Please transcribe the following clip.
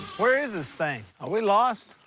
where is this thing? are we lost?